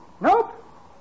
Nope